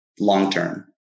long-term